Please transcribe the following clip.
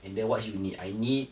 and then what you need I need